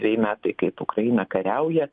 dveji metai kaip ukraina kariauja